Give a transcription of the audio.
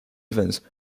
evans